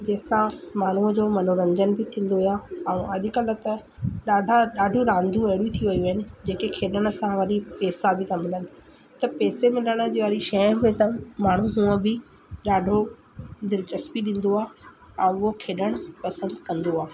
जेसां माण्हूअ जो मनोरंजन बि थींदो आहे ऐं अॼुकल्ह त ॾाढा ॾाढी रांधियूं अहिड़ी थी वियूं आहिनि जेके खेॾण सां वरी पैसा बि था मिलनि त पैसे मिलण जे वारी शइ हुई त माण्हू हूअं बि ॾाढो दिलचस्पी ॾींदो आहे ऐं उहो खेॾणु पसंदि कंदो आहे